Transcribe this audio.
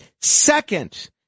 second